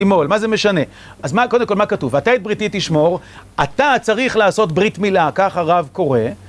לימול, מה זה משנה? אז מה... קודם כל, מה כתוב? "אתה את בריתי תשמור", אתה צריך לעשות ברית מילה, כך הרב קורא.